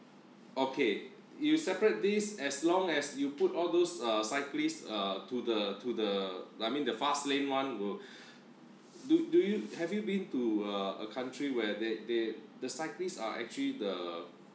okay you separate these as long as you put all those uh cyclist uh to the to the I mean the fast lane one will do do you have you been to a a country where they they the cyclists are actually the